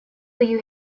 you